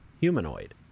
humanoid